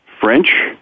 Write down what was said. French